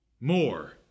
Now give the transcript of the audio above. More